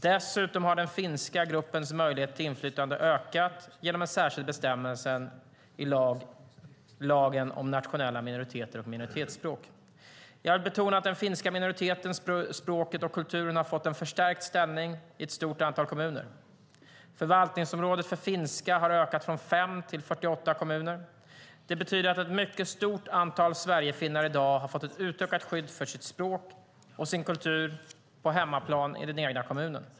Dessutom har den finska gruppens möjligheter till inflytande ökat genom en särskild bestämmelse i lagen om nationella minoriteter och minoritetsspråk. Jag vill betona att den finska minoriteten och kulturen och det finska språket har fått en förstärkt ställning i ett stort antal kommuner. Förvaltningsområdet för finska har ökat från 5 till 48 kommuner. Det betyder att ett mycket stort antal sverigefinnar i dag har fått ett utökat skydd för sitt språk och sin kultur på hemmaplan, i den egna kommunen.